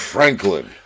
Franklin